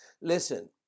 Listen